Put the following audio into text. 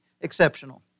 exceptional